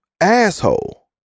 asshole